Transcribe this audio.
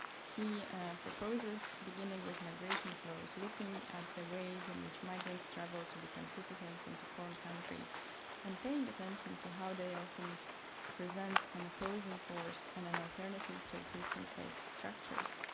he proposes beginning with migration flows, looking at the ways in which migrants travel to become citizens and to form countries and paying attention to how they often present an opposing force and an alternative to existing state structures.